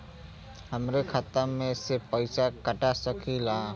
हमरे खाता में से पैसा कटा सकी ला?